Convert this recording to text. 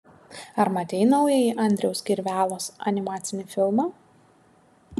ar matei naująjį andriaus kirvelos animacinį filmą